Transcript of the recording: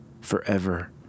forever